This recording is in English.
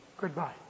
goodbye